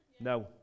No